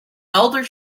elder